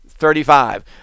Thirty-five